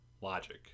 logic